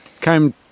came